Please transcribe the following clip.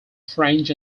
french